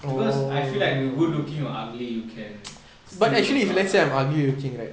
because I feel like you good looking or ugly you can still work out lah